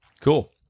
Cool